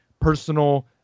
personal